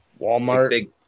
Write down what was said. Walmart